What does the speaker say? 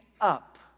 up